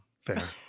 Fair